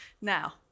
Now